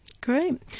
Great